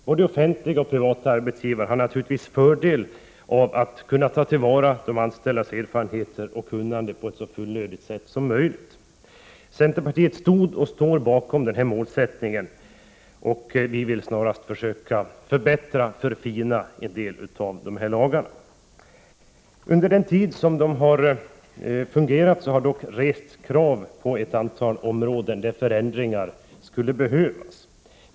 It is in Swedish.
Både offentliga och privata arbetsgivare har naturligtvis fördel av att kunna ta till vara de anställdas erfarenheter och kunnande på ett så fullödigt sätt som möjligt. Centerpartiet stod och står bakom denna målsättning och vill snarast försöka förbättra och förfina en del av dessa lagar. Under den tid som lagarna har varit i kraft har det dock rests krav på ett antal förändringar inom vissa områden.